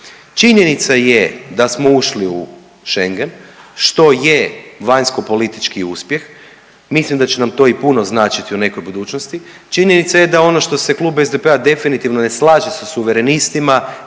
Činjenica je da smo ušli u Schengen što je vanjsko-politički uspjeh. Mislim da će nam to i puno značiti u nekoj budućnosti. Činjenica je da ono što se klub SDP-a definitivno ne slaže sa Suverenistima